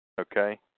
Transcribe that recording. Okay